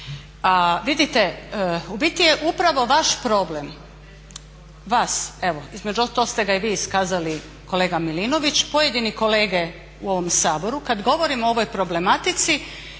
A vidite, u biti je upravo vaš problem, vas, između ostalog ste ga i vi iskazali kolega Milinović, pojedini kolege u ovom Saboru kad govorimo o ovoj problematici